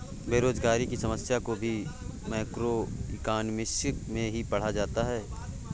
बेरोजगारी की समस्या को भी मैक्रोइकॉनॉमिक्स में ही पढ़ा जाता है